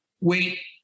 wait